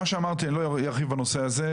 מה שאמרתי אני לא ארחיב בנושא הזה,